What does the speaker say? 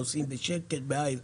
נוסעים בשקט בעיר.